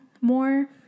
more